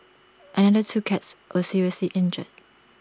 another two cats were seriously injured